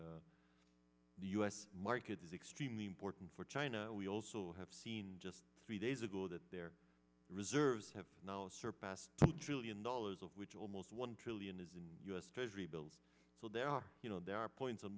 obviously the u s market is extremely important for china we also have seen just three days ago that their reserves have now surpassed trillion dollars of which almost one trillion is in u s treasury bills so there are you know there are points on